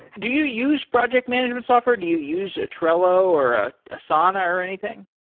do you use project management software? do you use trello or ah asana or anything?